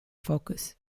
focus